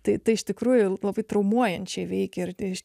tai iš tikrųjų labai traumuojančiai veikia ir tai